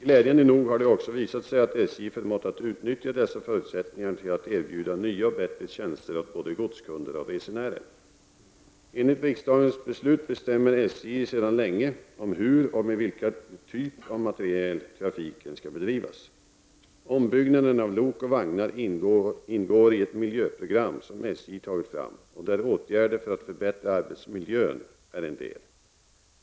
Glädjande nog har det också visat sig att SJ förmått att utnyttja dessa förutsättningar till att erbjuda nya och bättre tjänster åt både godskunder och resenärer. Ombyggnaden av lok och vagnar ingår i ett miljöprogram som SJ tagit fram och där åtgärder för att förbättra arbetsmiljön är en del.